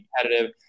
competitive